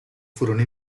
furono